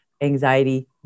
anxiety